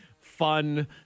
fun